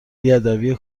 بیادبی